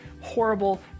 horrible